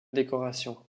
décoration